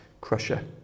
crusher